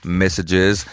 messages